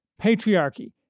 patriarchy